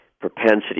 propensity